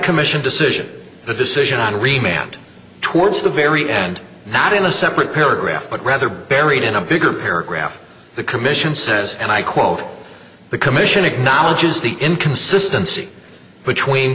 commission decision the decision on remained towards the very end not in a separate paragraph but rather buried in a bigger paragraph the commission says and i quote the commission acknowledges the inconsistency between